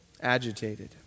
agitated